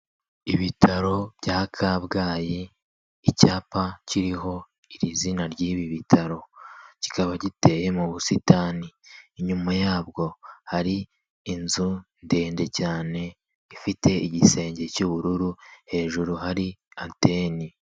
Ibitaro bya Kabgayi, icyapa kiriho iri zina ry'ibi bitaro kikaba giteye mu busitani, inyuma yabwo hari inzu ndende cyane, ifite igisenge cy'ubururu, hejuru hari anteni.